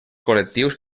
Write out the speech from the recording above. col·lectius